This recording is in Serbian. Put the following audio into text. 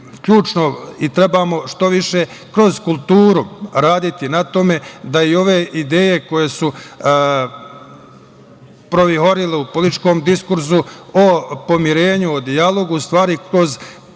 ključno i treba što više kroz kulturu raditi na tome da i ove ideje koje su provihorile u političkom diskursu o pomirenju, o dijalogu u stvari kroz